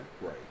Right